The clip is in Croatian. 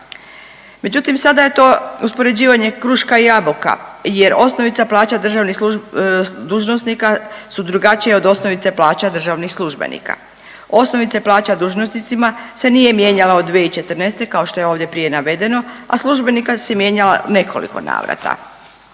Međutim sada je to uspoređivanje kruška i jabuka jer osnovica plaća državnih služ…,dužnosnika su drugačija od osnovica plaća državnih službenika. Osnovica plaća dužnosnicima se nije mijenjala od 2014. kao što je ovdje prije navedeno, a službenika se mijenjala u nekoliko navrata.